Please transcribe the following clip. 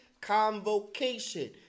convocation